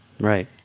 right